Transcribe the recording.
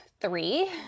three